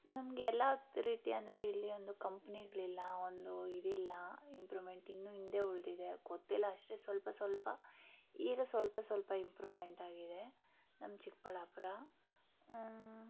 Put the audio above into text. ನಮ್ಗೆ ಎಲ್ಲ ರೀತಿಯಂದರೆ ಇಲ್ಲಿ ಒಂದು ಕಂಪ್ನಿಗಳಿಲ್ಲ ಒಂದು ಇದು ಇಲ್ಲ ಇಂಪ್ರೂಮೆಂಟ್ ಇನ್ನೂ ಹಿಂದೆ ಉಳಿದಿದೆ ಗೊತ್ತಿಲ್ಲ ಅಷ್ಟೆ ಸ್ವಲ್ಪ ಸ್ವಲ್ಪ ಈಗ ಸ್ವಲ್ಪ ಸ್ವಲ್ಪ ಇಂಪ್ರೂಮೆಂಟ್ ಆಗಿದೆ ನಮ್ಮ ಚಿಕ್ಕಬಳ್ಳಾಪುರ